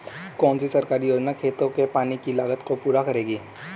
कौन सी सरकारी योजना खेतों के पानी की लागत को पूरा करेगी?